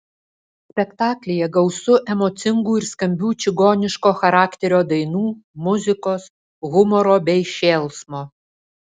spektaklyje gausu emocingų ir skambių čigoniško charakterio dainų muzikos humoro bei šėlsmo